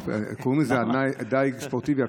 קוראים לזה דיג ספורטיבי,